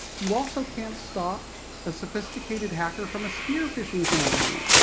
you also can't stop a sophisticated hacker from a spear-phishing campaign.